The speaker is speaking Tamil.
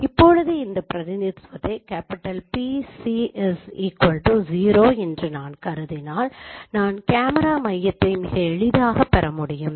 இப்போது இந்த பிரதிநிதித்துவத்தை PC 0 என்று நான் கருதினால் நான் கேமரா மையத்தை மிக எளிதாக பெற முடியும்